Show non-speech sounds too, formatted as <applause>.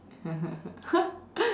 <laughs>